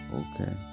okay